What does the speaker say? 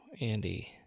Andy